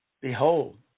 behold